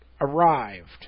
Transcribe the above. arrived